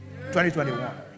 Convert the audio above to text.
2021